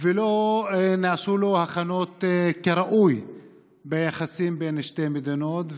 ולא נעשו לו הכנות כראוי ביחסים בין שתי המדינות.